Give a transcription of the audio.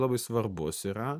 labai svarbus yra